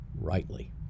rightly